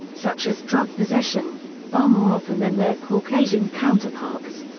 such as drug possession, far more often than their caucasian counterparts.